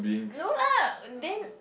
no lah uh then